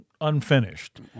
unfinished